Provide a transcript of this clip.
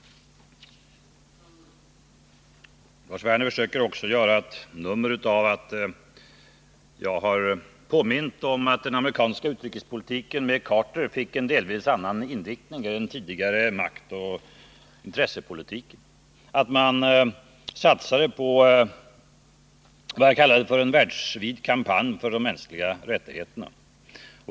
Lars Werner försöker också göra ett nummer av att jag har påmint om att den amerikanska utrikespolitiken med president Carter fick en delvis annan inriktning än den tidigare maktoch intressepolitiken genom att man satsade på en vad jag kallade världsvid kampanj för de mänskliga rättigheterna.